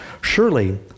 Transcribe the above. surely